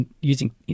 using